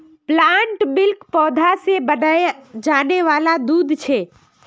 plant milk पौधा से बनाया जाने वाला दूध छे